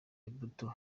imbuto